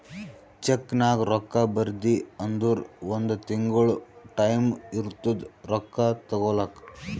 ಚೆಕ್ನಾಗ್ ರೊಕ್ಕಾ ಬರ್ದಿ ಅಂದುರ್ ಒಂದ್ ತಿಂಗುಳ ಟೈಂ ಇರ್ತುದ್ ರೊಕ್ಕಾ ತಗೋಲಾಕ